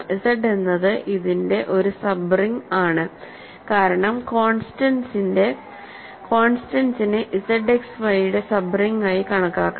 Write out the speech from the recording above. Z എന്നത് ഇതിന്റെ ഒരു സബ് റിങ് ആണ് കാരണം കോൺസ്റ്റന്റ്സിനെ ZXY യുടെ സബ് റിങ് ആയി കണക്കാക്കാം